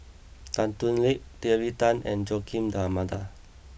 Tan Thoon Lip Terry Tan and Joaquim D'almeida